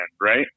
Right